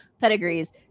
pedigrees